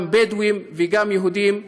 גם בדואיים וגם יהודיים,